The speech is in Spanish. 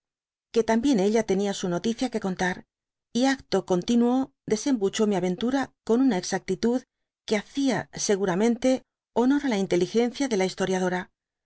que también ella tenia su noticia que contar y acto continuo desembuchó mi aventura con una exactitud que hacia seguramente honor á la inteligencia de la historiadora